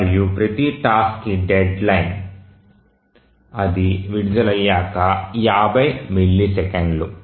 మరియు ప్రతి టాస్క్కి డెడ్లైన్ అది విడుదలయ్యాక 50 మిల్లీసెకన్లు